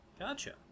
Gotcha